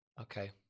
Okay